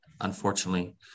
unfortunately